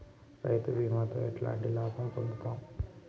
రైతు బీమాతో ఎట్లాంటి లాభం పొందుతం?